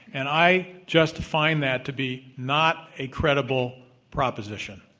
and i just find that to be not a credible proposition.